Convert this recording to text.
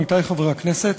עמיתי חברי הכנסת,